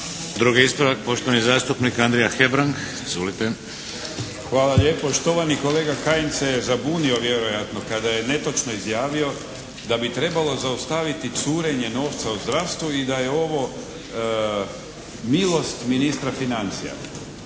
Drugi ispravak poštovani zastupnik Andrija Hebrang. Izvolite. **Hebrang, Andrija (HDZ)** Hvala lijepo. Štovani kolega Kajin se je zabunio vjerojatno kada je netočno izjavio da bi trebalo zaustaviti curenje novca u zdravstvu i da je ovo milost ministra financija.